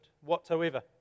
whatsoever